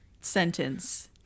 sentence